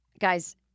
Guys